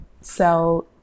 sell